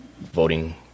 voting